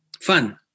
fun